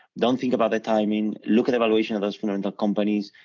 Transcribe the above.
don't think about the timing, look at valuation of those fundamental companies,